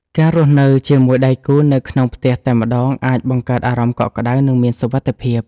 ការរស់នៅជាមួយដៃគូនៅក្នុងផ្ទះតែម្ដងអាចបង្កើតអារម្មណ៍កក់ក្តៅ និងមានសុវត្ថិភាព។